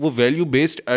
value-based